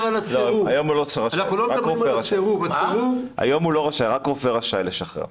היום הוא לא רשאי, רק רופא רשאי לשחרר.